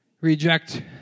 reject